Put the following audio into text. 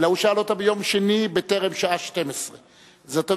אלא הוא שאל אותה ביום שני בטרם השעה 12:00. זאת אומרת,